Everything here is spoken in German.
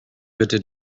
bitte